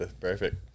Perfect